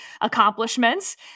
accomplishments